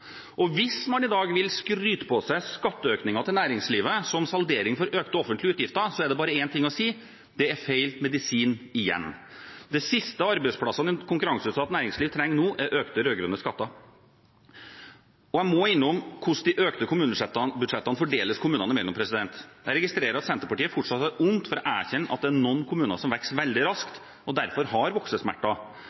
Og hvis man i dag vil skryte på seg skatteøkninger til næringslivet som saldering for økte offentlige utgifter, er det bare én ting å si: Det er feil medisin – igjen. Det siste arbeidsplassene i et konkurranseutsatt næringsliv trenger nå, er økte rød-grønne skatter. Jeg må innom hvordan de økte kommunebudsjettene fordeles kommunene imellom. Jeg registrerer at Senterpartiet fortsatt har vondt for å erkjenne at det er noen kommuner som vokser veldig raskt, og derfor har